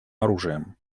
оружием